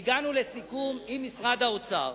הגענו לסיכום עם משרד האוצר,